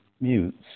mutes